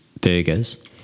burgers